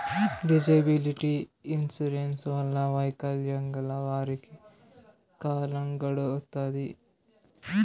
disability insurance వల్ల వైకల్యం గల వారికి కాలం గడుత్తాది